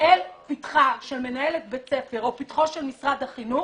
אל פתחה של מנהלת בית ספר או פתחו של משרד החינוך